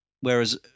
Whereas